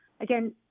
Again